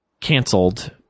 Canceled